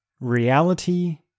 reality